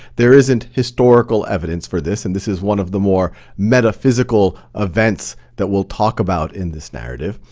there isn't historical evidence for this, and this is one of the more metaphysical events that we'll talk about in this narrative.